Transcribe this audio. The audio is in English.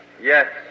Yes